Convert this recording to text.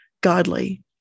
godly